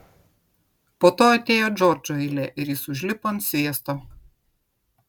po to atėjo džordžo eilė ir jis užlipo ant sviesto